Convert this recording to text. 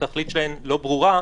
שתכליתן לא ברורה,